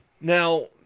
Now